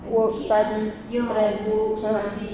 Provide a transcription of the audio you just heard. work studies stress ah